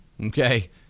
okay